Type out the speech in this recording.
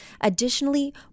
Additionally